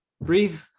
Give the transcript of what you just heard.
breathe